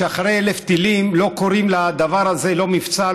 שאחרי 1,000 טילים לא קוראים לדבר הזה לא מבצע,